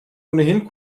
ohnehin